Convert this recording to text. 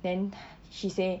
then 她 she say